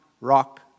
rock